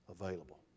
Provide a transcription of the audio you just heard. Available